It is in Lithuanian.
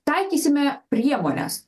taikysime priemones